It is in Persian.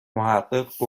محقق